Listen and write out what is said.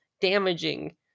damaging